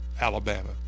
Alabama